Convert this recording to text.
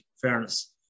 fairness